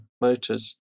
Motors